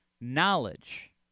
knowledge